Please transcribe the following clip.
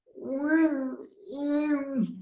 love you